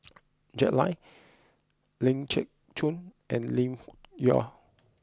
Jack Lai Ling Geok Choon and Lim Yau